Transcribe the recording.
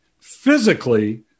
Physically